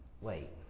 Wait